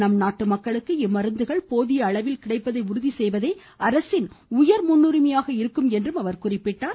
நம்நாட்டு மக்களுக்கு இம்மருந்துகள் போதிய அளவில் கிடைப்பதை உறுதி செய்வதே அரசின் உயர் முன்னுரிமையாக இருக்கும் என்றும் அவர் தெரிவித்தார்